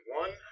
one